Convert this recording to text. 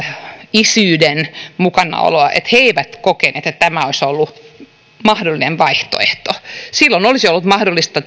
isyyden mukanaoloa eivät kokeneet että tämä olisi ollut mahdollinen vaihtoehto silloin olisi ollut mahdollista